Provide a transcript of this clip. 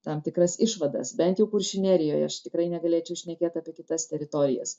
tam tikras išvadas bent jau kuršių nerijoje aš tikrai negalėčiau šnekėt apie kitas teritorijas